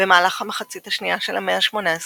במהלך המחצית השנייה של המאה ה-18